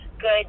good